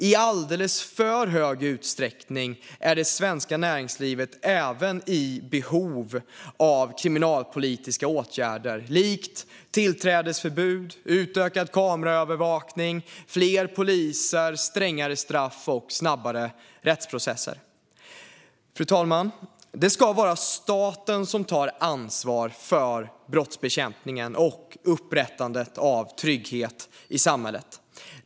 I alldeles för hög grad är det svenska näringslivet även i behov av kriminalpolitiska åtgärder som tillträdesförbud, utökad kameraövervakning, fler poliser, strängare straff och snabbare rättsprocesser. Fru talman! Det ska vara staten som tar ansvar för brottsbekämpningen och upprättandet av trygghet i samhället.